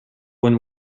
when